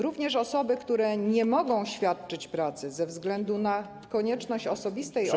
Również osoby, które nie mogą świadczyć pracy ze względu na konieczność osobistej opieki.